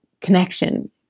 connection